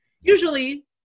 Usually